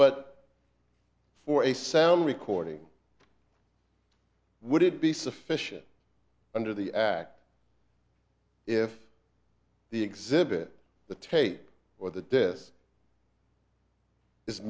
but for a sound recording would it be sufficient under the act if the exhibit the tape or that this is